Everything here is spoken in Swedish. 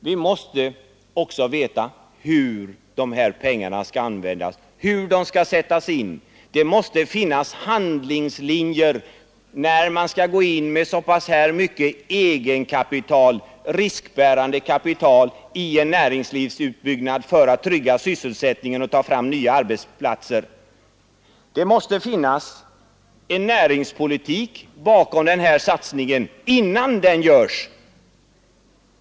Vi måste också veta hur pengarna skall användas, var de skall sättas in. Det måste finnas handlingslinjer när man skall handskas med så här mycket eget kapital — riskbärande kapital — i en näringslivsutbyggnad för att trygga sysselsättningen och ta fram nya arbetsplatser. Det måste finnas en näringspolitik bakom satsningen innan den görs.